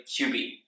QB